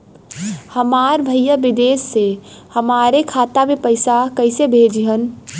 हमार भईया विदेश से हमारे खाता में पैसा कैसे भेजिह्न्न?